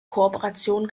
kooperation